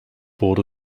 board